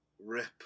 RIP